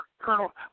Colonel